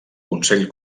consell